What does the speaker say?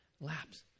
laps